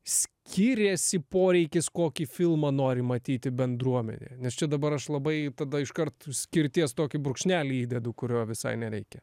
skyrėsi poreikis kokį filmą nori matyti bendruomenė nes čia dabar aš labai tada iškart skirties tokį brūkšnelį įdedu kurio visai nereikia